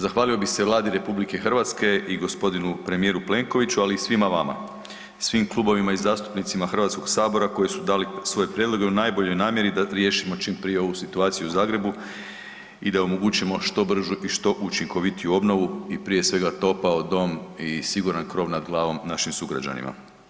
Zahvalio bih se Vladi RH i gospodinu premijeru Plenkovića, ali i svima vama, svim klubovima i zastupnicima HS-a koji su dali svoje prijedloge u najboljoj namjeri da riješimo čim prije ovu situaciju u Zagrebu i da omogućimo što bržu i što učinkovitiju obnovu i prije svega topao dom i siguran krov nad glavom našim sugrađanima.